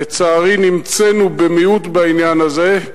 לצערי, נמצאנו במיעוט בעניין הזה,